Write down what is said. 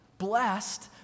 blessed